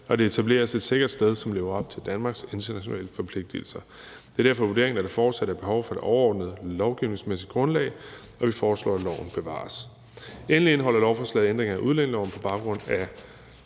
og den etableres et sikkert sted, som lever op til Danmarks internationale forpligtigelser. Det er derfor vurderingen, at der fortsat er behov for et overordnet lovgivningsmæssigt grundlag, og vi foreslår, at loven bevares. Kl. 10:32 Endelig indeholder lovforslaget ændringer af udlændingeloven på baggrund af